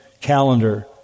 calendar